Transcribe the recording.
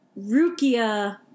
Rukia